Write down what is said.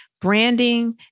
branding